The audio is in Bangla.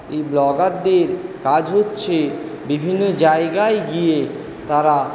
এই ব্লগারদের কাজ হচ্ছে বিভিন্ন জায়গায় গিয়ে তারা